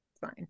fine